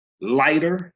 lighter